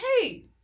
hey